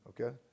Okay